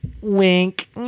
Wink